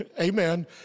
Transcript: amen